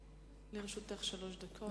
לרשותך שלוש דקות.